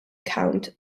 count